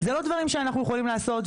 זה לא דברים שאנחנו יכולים לעשות.